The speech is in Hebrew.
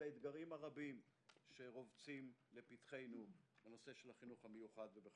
האתגרים הרבים שרובצים לפתחנו בנושא החינוך המיוחד ובכלל.